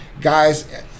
guys